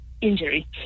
injury